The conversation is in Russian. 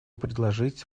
предложить